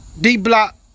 D-Block